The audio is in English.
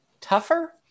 tougher